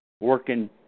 working